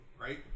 right